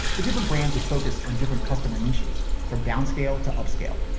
the different brands would focus on different customer niches from downscale to upscale.